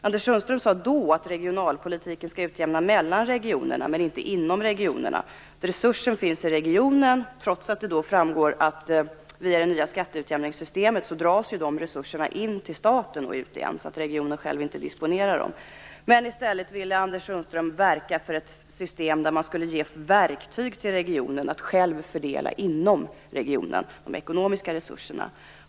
Anders Sundström sade tidigare i dag att regionalpolitiken innebär att man skall utjämna mellan regionerna men inte inom regionerna, eftersom resurserna finns i regionen. Men det framgår att de resurserna, via det nya skatteutjämningssystemet, dras in till staten och ut igen, så att regionen själv inte disponerar dem. Men i stället ville Anders Sundström verka för ett system som innebär att regionen ges verktyg, så att den själv inom regionen kan fördela de ekonomiska resurserna.